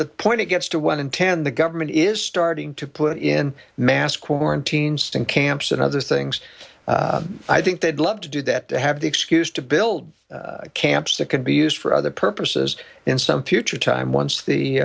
that point it gets to one in ten the government is starting to put in mass quarantines thing camps and other things i think they'd love to do that to have the excuse to build camps that could be used for other purposes in some future time once the